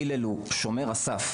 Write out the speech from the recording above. זה שהלל הוא שומר הסף.